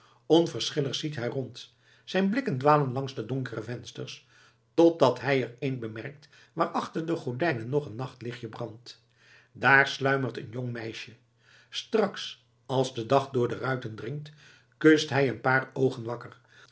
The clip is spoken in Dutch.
onverschillig ziet hij rond zijn blikken dwalen langs de donkere vensters totdat hij er een bemerkt waar achter de gordijnen nog een nachtlichtje brandt daar sluimert een jong meisje straks als de dag door de ruiten dringt kust hij een paar oogen wakker